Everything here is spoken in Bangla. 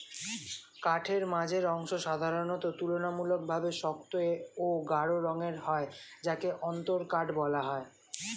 কাঠের মাঝের অংশ সাধারণত তুলনামূলকভাবে শক্ত ও গাঢ় রঙের হয় যাকে অন্তরকাঠ বলা হয়